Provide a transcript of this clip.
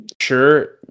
sure